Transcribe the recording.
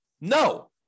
No